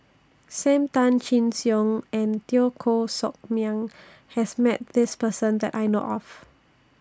SAM Tan Chin Siong and Teo Koh Sock Miang has Met This Person that I know of